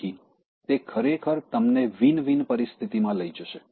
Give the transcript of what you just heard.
તેથી તે ખરેખર તમને વિન વિન પરિસ્થિતિમાં લઈ જશે